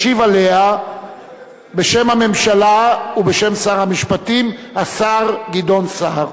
ישיב עליה בשם הממשלה ובשם שר המשפטים השר גדעון סער.